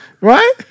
Right